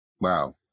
Wow